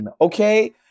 okay